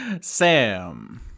Sam